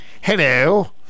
Hello